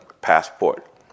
passport